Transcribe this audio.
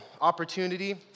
opportunity